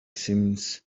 seems